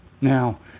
Now